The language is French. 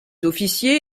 officiers